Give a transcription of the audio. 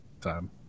time